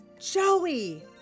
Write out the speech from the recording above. Joey